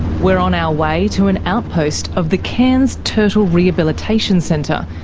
we're on our way to an outpost of the cairns turtle rehabilitation centre,